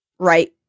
right